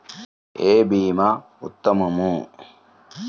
ఏ భీమా ఉత్తమము?